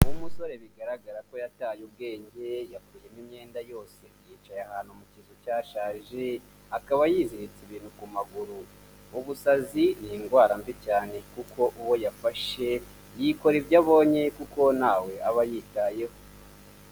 Umusore bigaragara ko yataye ubwenge, yakuyemo imyenda yose, yicaye ahantu mu kizu cyashaje, akaba yiziritse ibintu ku maguru, ubusazi ni indwara mbi cyane kuko uwo yafashe yikora ibyo abonye, kuko ntawe aba yitayeho.